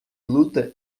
luta